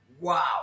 wow